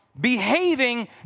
behaving